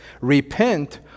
repent